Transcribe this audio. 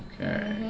Okay